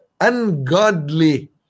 Ungodly